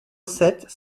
sept